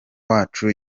wacu